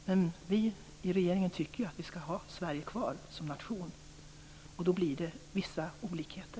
Men vi i regeringen tycker ju att vi skall ha Sverige kvar som nation, och då blir det vissa olikheter.